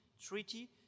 treaty